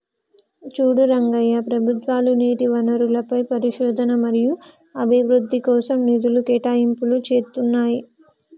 చూడు రంగయ్య ప్రభుత్వాలు నీటి వనరులపై పరిశోధన మరియు అభివృద్ధి కోసం నిధులు కేటాయింపులు చేతున్నాయి